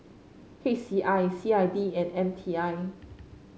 H C I C I D and M T I